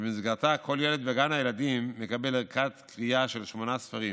שבמסגרתה כל ילד בגן הילדים מקבל ערכת קריאה של שמונה ספרים